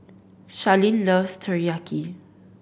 Sharlene loves Teriyaki